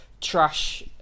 trash